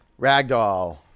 Ragdoll